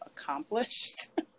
accomplished